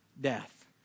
death